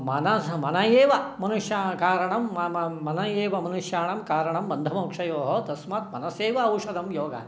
मनः एव मनुष्याणां कारणं मनः एव मनुष्याणां कारणं बन्धमोक्षयोः तस्मात् मनस्यैव औषधं योगः